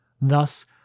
Thus